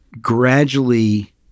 gradually